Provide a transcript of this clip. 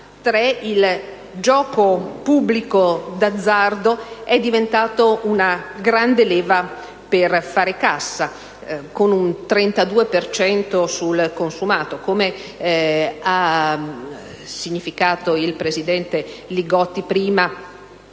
il gioco pubblico d'azzardo è diventato una grande leva per fare cassa, con il 32 per cento sul consumato. Come ha significato il collega Li Gotti prima,